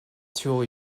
tool